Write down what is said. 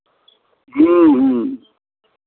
ह्म्म ह्म्म